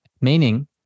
Meaning